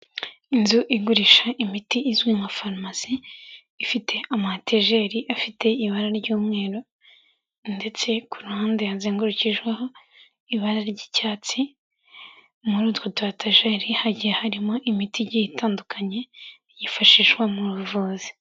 Inzu igurisha imiti izwi nka farumasi ifite ama etajeri afite ibara ry'umweru ndetse ku ruhande hazengurukijwe ibara ry'icyatsi, muri utwo tu etajeri hagiye harimo imiti igiye itandukanye yifashishwa mu buvuzi.